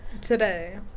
today